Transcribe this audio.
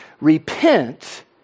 repent